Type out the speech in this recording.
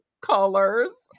colors